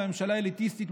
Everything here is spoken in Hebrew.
אלא ממשלה אליטיסטית,